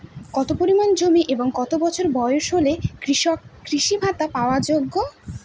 কত পরিমাণ জমি এবং কত বছর বয়স হলে কৃষক কৃষি ভাতা পাওয়ার যোগ্য?